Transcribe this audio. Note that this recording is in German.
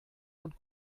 und